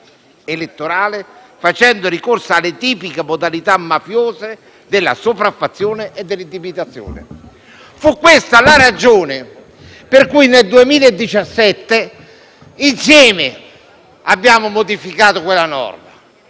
elettorale tramite il ricorso alle tipiche modalità mafiose della sopraffazione e dell'intimidazione. Fu questa la ragione per la quale nel 2017 abbiamo modificato insieme quella norma,